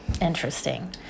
interesting